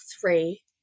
three